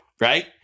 right